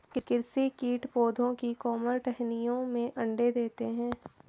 कृषि कीट पौधों की कोमल टहनियों में अंडे देते है